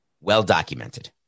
well-documented